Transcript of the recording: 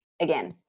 again